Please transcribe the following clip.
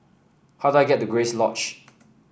how do I get to Grace Lodge